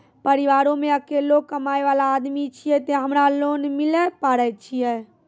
परिवारों मे अकेलो कमाई वाला आदमी छियै ते हमरा लोन मिले पारे छियै?